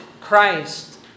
Christ